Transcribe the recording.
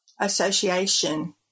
association